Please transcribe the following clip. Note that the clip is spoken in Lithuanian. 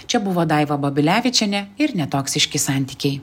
čia buvo daiva babilevičienė ir netoksiški santykiai